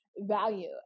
value